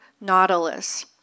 nautilus